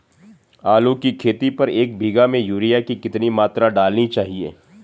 आलू की खेती पर एक बीघा में यूरिया की कितनी मात्रा डालनी चाहिए?